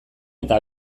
eta